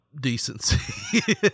decency